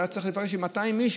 הוא היה צריך להיפגש עם 200 איש,